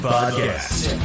Podcast